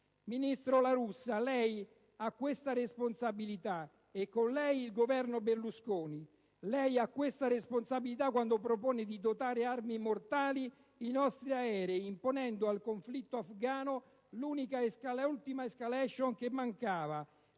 Ministro La Russa, lei ha questa responsabilità, e con lei il Governo Berlusconi. Lei ha questa responsabilità quando propone di dotare di armi micidiali i nostri aerei, imponendo al conflitto afgano l'ultima *escalation* che mancava.